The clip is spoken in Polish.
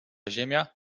ziemia